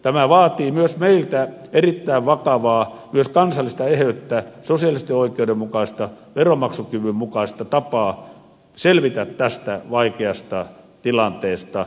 tämä vaatii myös meiltä erittäin vakavaa kansallista eheyttä sosiaalisesti oikeudenmukaista veronmaksukyvyn mukaista tapaa selvitä tästä vaikeasta tilanteesta